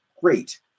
Great